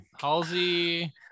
Halsey